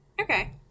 okay